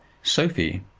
sophie,